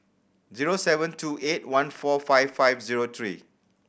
zero seven two eight one four five five zero three